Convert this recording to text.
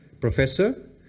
professor